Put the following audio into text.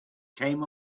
came